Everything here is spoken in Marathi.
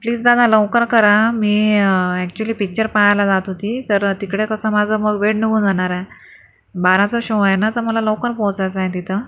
प्लीज दादा लवकर करा आ मी एक्चुअली पिच्चर पाहायला जात होती तर तिकडे कसं माझं मग वेळ निघून जाणार आहे बाराचा शो आहे ना तर मला लवकर पोहोचायचंय तिथं